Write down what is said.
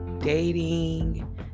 dating